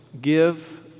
give